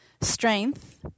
strength